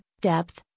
depth